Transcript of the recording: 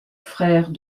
frère